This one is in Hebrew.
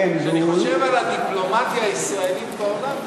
כשאני חושב על הדיפלומטיה הישראלית בעולם,